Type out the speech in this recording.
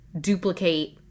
duplicate